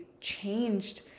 changed